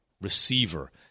receiver